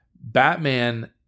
Batman